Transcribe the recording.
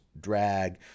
drag